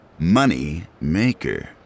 Moneymaker